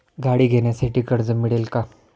गाडी घेण्यासाठी कर्ज मिळेल का?